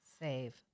save